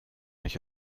nicht